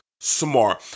Smart